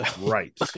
Right